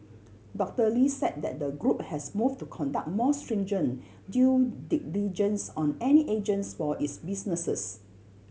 Doctor Lee said that the group has moved to conduct more stringent due diligence on any agents for its businesses